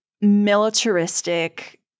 militaristic